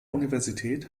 universität